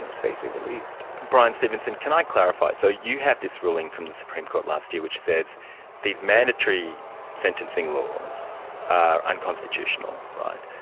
and safely released. bryan stevenson, can i clarify? so you have this ruling from the supreme court last year which says these mandatory sentencing laws are unconstitutional, right?